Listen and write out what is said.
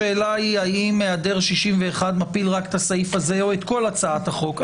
השאלה היא האם היעדר 61 מפיל רק את הסעיף הזה או את כל הצעת החוק.